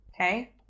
Okay